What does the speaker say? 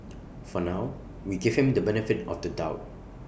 for now we give him the benefit of the doubt